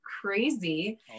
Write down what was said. crazy